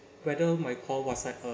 whether my call was like a